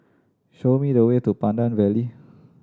show me the way to Pandan Valley